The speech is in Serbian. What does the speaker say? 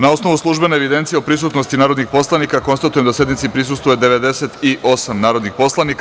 Na osnovu službene evidencije o prisutnosti narodnih poslanika konstatujem da sednici prisustvuje 98 narodnih poslanika.